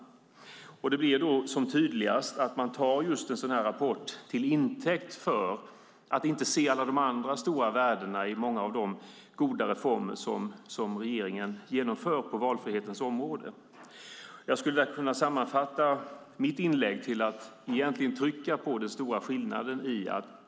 Som tydligast blir det då man tar just en sådan här rapport till intäkt för att inte se alla de andra stora värdena i många av de goda reformer som regeringen genomför på valfrihetens område. Jag skulle kunna sammanfatta mitt inlägg med att egentligen trycka på den stora skillnaden här.